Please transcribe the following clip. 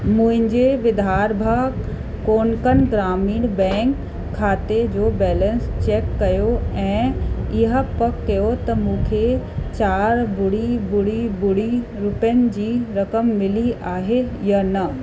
मुंहिंजे विधारभा कोंकन ग्रामीण बैंक खाते जो बैलेंस चेक कयो ऐं इहा पक कयो त मूंखे चारि ॿुड़ी ॿुड़ी ॿुड़ी रुपयनि जी रक़म मिली आहे या न